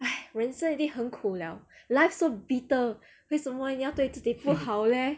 !hais! 人生已经很苦了 life so bitter 为什么你要对自己不好 leh